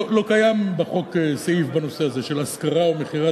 לא קיים בחוק סעיף בנושא הזה של השכרה או מכירת